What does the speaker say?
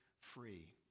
free